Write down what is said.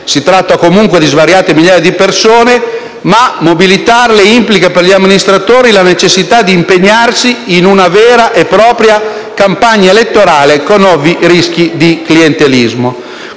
Si tratta comunque di svariate migliaia di persone: mobilitarle implica per gli amministratori la necessità di impegnarsi in una vera e propria campagna elettorale, con ovvi rischi di clientelismo».